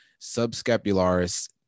subscapularis